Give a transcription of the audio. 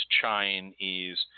Chinese